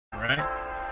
right